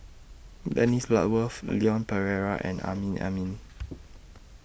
Dennis Bloodworth Leon Perera and Amrin Amin